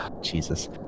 jesus